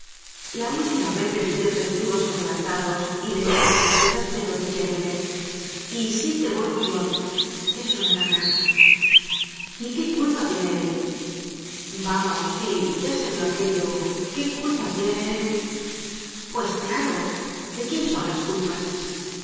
la última vez me pidió tres duros adelantados y le di tres pesetas pero diciéndole y sin devolución es un haragán y qué culpa tiene él vamos sí ya salió aquello qué culpa tiene pues claro de quién son las culpas